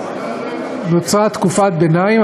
נוצרה תקופת ביניים,